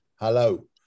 hello